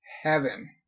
heaven